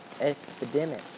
epidemic